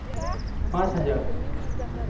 ᱯᱟᱸᱪ ᱦᱟᱡᱟᱨ